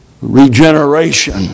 regeneration